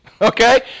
Okay